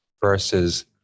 versus